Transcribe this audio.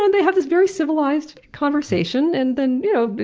and they have this very civilized conversation, and then, you know,